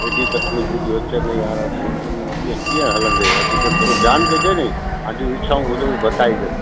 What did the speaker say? हेॾी तकलीफ़ू थियूं अचनि यार पोइ तूं बि कीअं हलंदे अॻिते थोरो ध्यानु कजे नी पंहिंजूं इच्छाऊं थोरियूं घटाए जनि